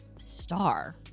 star